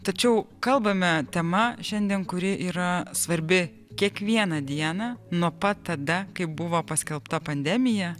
tačiau kalbame tema šiandien kuri yra svarbi kiekvieną dieną nuo pat tada kai buvo paskelbta pandemija